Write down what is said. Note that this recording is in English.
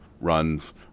runs